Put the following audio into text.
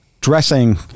dressing